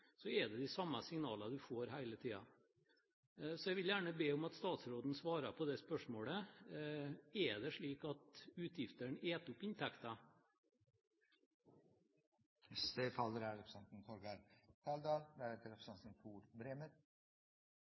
Så jeg vil gjerne be om at statsråden svarer på det spørsmålet: Er det slik at utgiftene spiser opp inntekten? Representanten